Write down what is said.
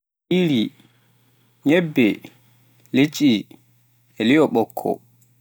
nyiri, nyebbe, litti, e lio bokko